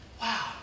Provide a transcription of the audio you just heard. Wow